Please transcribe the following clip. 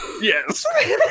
Yes